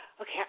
okay